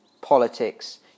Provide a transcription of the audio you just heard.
politics